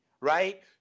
right